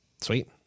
sweet